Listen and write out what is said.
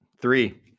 three